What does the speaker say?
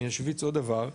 אני אשוויץ עוד דבר,